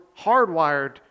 hardwired